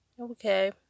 Okay